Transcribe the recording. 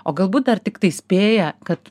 o galbūt ar tiktai spėja kad